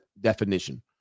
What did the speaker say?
definition